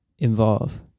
involve